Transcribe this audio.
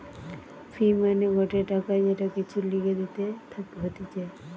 ফি মানে গটে টাকা যেটা কিছুর লিগে দিতে হতিছে